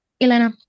Elena